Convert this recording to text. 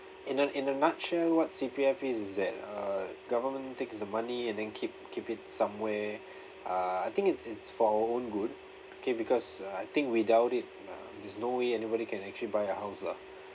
in a in a nutshell what C_P_F is is that uh government takes the money and then keep keep it somewhere uh I think it's it's for our own good okay because uh I think without it uh there's no way anybody can actually buy a house lah